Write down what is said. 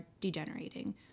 degenerating